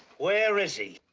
where is he?